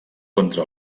contra